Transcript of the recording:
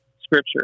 scripture